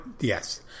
yes